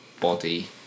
Body